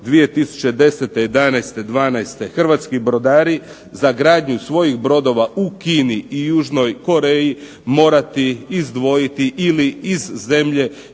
2011., 2012. Hrvatski brodari za gradnju svojih brodova u Kini i Južnoj Koreji morati izdvojiti ili iz zemlje